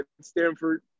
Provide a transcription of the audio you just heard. Stanford